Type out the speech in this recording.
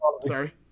sorry